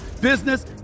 business